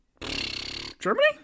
Germany